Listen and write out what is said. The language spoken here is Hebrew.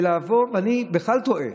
אני בכלל תוהה,